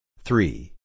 Three